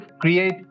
create